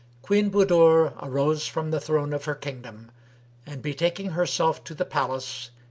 queen budur arose from the throne of her kingdom and betaking herself to the palace,